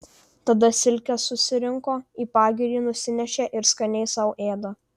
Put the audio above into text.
tada silkes susirinko į pagirį nusinešė ir skaniai sau ėda